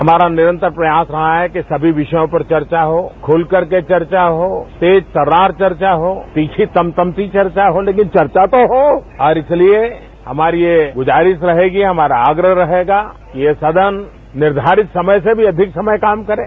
हमारा निरंतर प्रयास रहा है कि सभी विषयों पर चर्चा हो खुल करके चर्चा हो तेज तर्रार चर्चा हो तीखी तमतमती चर्चा हो लेकिन चर्चा तो हो और इसलिए हमारी यह गुजारिश रहेगी हमारा आग्रह रहेगा ये सदन निर्धारित समय से भी अधिक समय काम करे